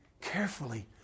carefully